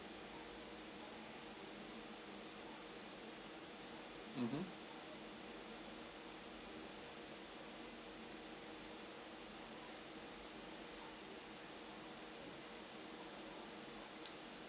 mmhmm